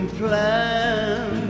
plan